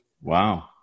Wow